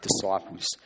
disciples